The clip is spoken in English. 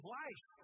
life